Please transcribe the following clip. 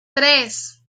tres